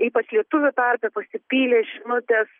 ypač lietuvių tarpe pasipylė žinutės